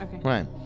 Right